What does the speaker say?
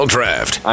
Draft